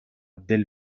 del